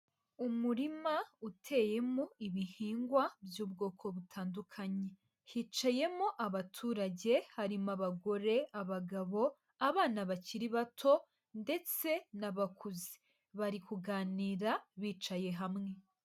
Umurima uteyemo ibihingwa by'ubwoko butandukanye, hicayemo abaturage harimo abagore, abagabo, abana bakiri bato ndetse n'abakuze, bari kuganira bicaye hamwe.